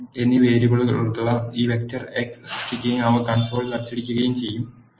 9 എന്നീ വേരിയബിളുകളുള്ള ഒരു വെക്റ്റർ എക്സ് സൃഷ്ടിക്കുകയും അവ കൺസോളിൽ അച്ചടിക്കുകയും ചെയ്യുന്നു